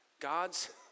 God's